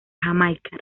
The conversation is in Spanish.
jamaica